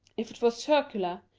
if it were circular,